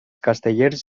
castellers